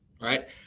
right